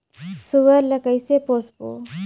सुअर ला कइसे पोसबो?